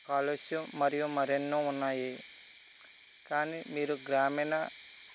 ఆలస్యం మరియు మరి ఎన్నో ఉన్నాయి కానీ మీరు గ్రామీణ